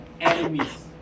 enemies